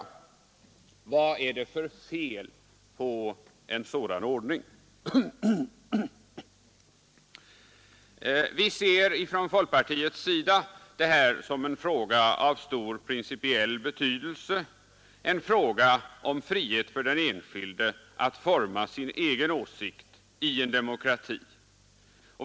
Vad är det för fel på en sådan ordning? Från folkpartiets sida ser vi det här som en fråga av stor principiell betydelse, en fråga om frihet för den enskilde att forma sin egen åsikt i en demokrati.